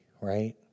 right